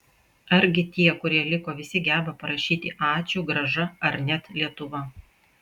argi tie kurie liko visi geba parašyti ačiū grąža ar net lietuva